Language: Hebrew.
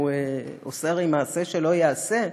הוא עושה הרי מעשה שלא ייעשה.